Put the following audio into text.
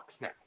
now